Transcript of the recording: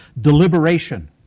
deliberation